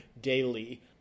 Daily